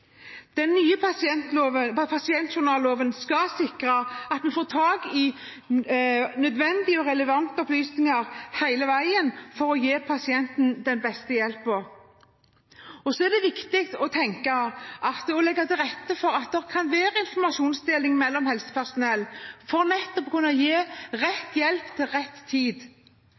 Den nye pasientjournalloven skal sikre at vi får tak i nødvendige og relevante opplysninger hele veien for å gi pasienten den beste hjelpen. Så er det viktig å legge til rette for at det kan være informasjonsdeling mellom helsepersonell for nettopp å kunne gi rett hjelp til rett tid.